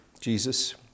Jesus